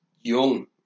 young